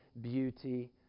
beauty